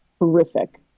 horrific